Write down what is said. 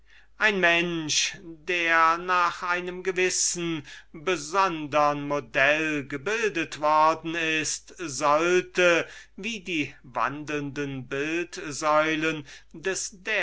ein mensch der nach einem gewissen besondern modell gebildet worden sollte wie die wandelnden bildsäulen des